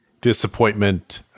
disappointment